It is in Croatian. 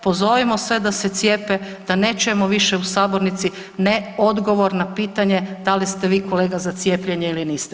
Pozovimo sve da se cijepe, da ne čujemo više u sabornici ne odgovor na pitanje da li ste vi kolega za cijepljenje ili niste.